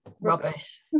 rubbish